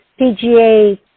PGA